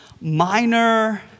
minor